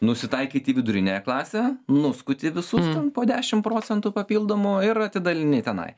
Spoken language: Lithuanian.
nusitaikyt į viduriniąją klasę nuskuti visus ten po dešim procentų papildomų ir atidalini tenai